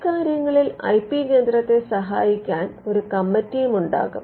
ഇക്കാര്യങ്ങളിൽ I P കേന്ദ്രത്തെ സഹായിക്കാൻ ഒരു കമ്മിറ്റിയും ഉണ്ടാകും